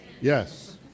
yes